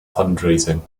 fundraising